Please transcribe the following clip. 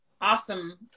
awesome